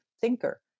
thinker